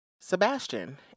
Sebastian